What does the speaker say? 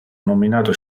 nominato